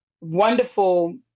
wonderful